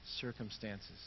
circumstances